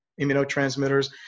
immunotransmitters